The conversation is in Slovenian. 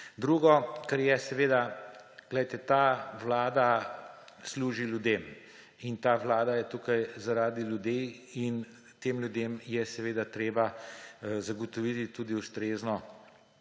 Drugo, kar je, ta vlada služi ljudem in ta vlada je tukaj zaradi ljudi in tem ljudem je seveda treba zagotoviti tudi ustrezno